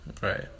Right